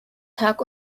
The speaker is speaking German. tag